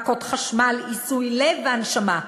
מכות חשמל, עיסוי לב והנשמה.